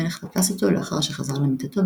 המלך תפס אותו לאחר שחזר למיטתו,